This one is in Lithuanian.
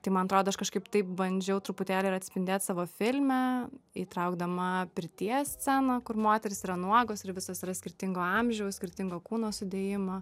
tai man atrodo aš kažkaip taip bandžiau truputėlį ir atspindėt savo filme įtraukdama pirties sceną kur moterys yra nuogos ir visos yra skirtingo amžiaus skirtingo kūno sudėjimo